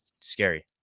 scary